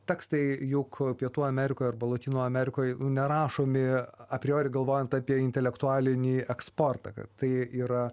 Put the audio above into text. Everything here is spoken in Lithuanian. tekstai juk pietų amerikoj arba lotynų amerikoj nerašomi a priori galvojant apie intelektualinį eksportą kad tai yra